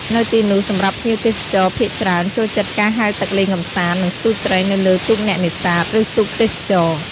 នៅទីនោះសម្រាប់ភ្ញៀវបរទេសភាគច្រើនចូលចិត្តការហែលទឹកលេងកម្សាន្ត និងស្ទួចត្រីនៅលើទូកអ្នកនេសាទ ឬទូកទេសចរណ៍។